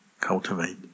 cultivate